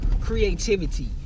creativity